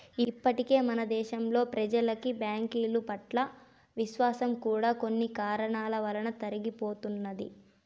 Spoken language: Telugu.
ఇప్పటికే మన దేశంలో ప్రెజలకి బ్యాంకుల పట్ల ఉన్న విశ్వాసం కూడా కొన్ని కారణాల వలన తరిగిపోతున్నది